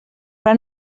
però